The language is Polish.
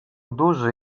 duży